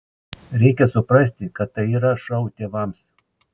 reikia suprasti kad tai yra šou tėvams